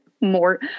more